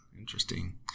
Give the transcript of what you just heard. Interesting